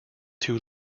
two